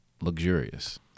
luxurious